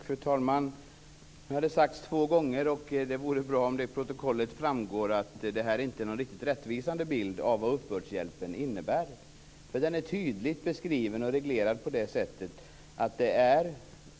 Fru talman! Nu har det sagts två gånger, och det vore bra om det av protokollet framgår att detta inte är en riktigt rättvisande bild av vad uppbördshjälpen innebär. Den är tydligt beskriven och reglerad.